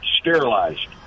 sterilized